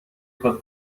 خواد